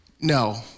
No